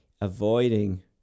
avoiding